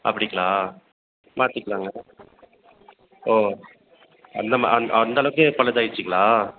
அப்படிங்களா மாற்றிக்கிலாங்க ஓ அந்த ம அந் அந்த அளவுக்கே பழுதாயிருச்சுங்களா